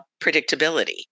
predictability